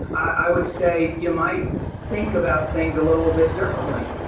i would say you might think about things a little bit differently.